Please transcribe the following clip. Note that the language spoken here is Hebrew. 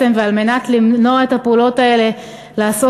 ועל מנת למנוע את הפעולות האלה לעשות